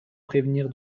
prévenir